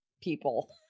people